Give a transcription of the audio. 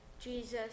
Jesus